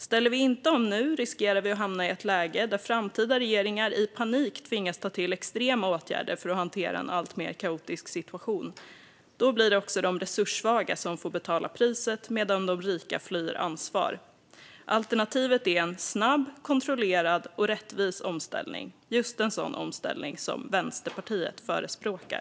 Ställer vi inte om nu riskerar vi att hamna i ett läge där framtida regeringar i panik tvingas ta till extrema åtgärder för att hantera en alltmer kaotisk situation. Då blir det också de resurssvaga som får betala priset, medan de rika flyr ansvar. Alternativet är en snabb, kontrollerad och rättvis omställning - just en sådan omställning som Vänsterpartiet förespråkar.